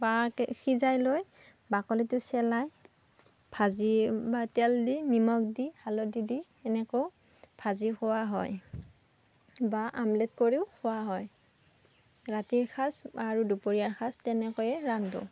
সিজাই লৈ বাকলিটো ছেলাই ভাজি বা তেল দি নিমখ দি হালধি দি এনেকৈয়ো ভাজি খোৱা হয় বা আমলেত কৰিও খোৱা হয় ৰাতিৰ সাজ আৰু দুপৰীয়াৰ সাজ তেনেকৈয়ে ৰান্ধোঁ